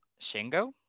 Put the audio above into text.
Shingo